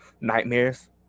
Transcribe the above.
nightmares